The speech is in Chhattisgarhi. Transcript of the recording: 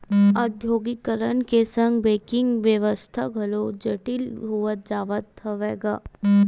औद्योगीकरन के संग बेंकिग बेवस्था घलोक जटिल होवत जावत हवय गा